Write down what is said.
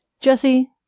Jesse